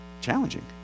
challenging